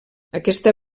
aquesta